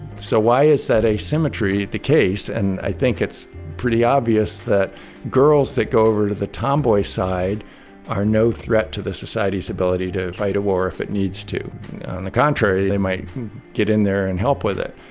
so why is that asymmetry the case? and i think it's pretty obvious that girls that go over to the tomboy side are no threat to the society's ability to fight a war if it needs to. on the contrary, they might get in there and help with it,